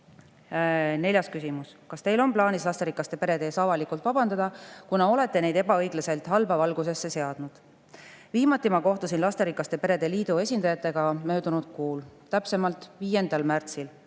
Neljas küsimus: "Kas teil on plaanis lasterikaste perede ees avalikult vabandada, kuna olete neid ebaõiglaselt halba valgusesse seadnud?" Viimati ma kohtusin lasterikaste perede liidu esindajatega möödunud kuul, täpsemalt 5. märtsil.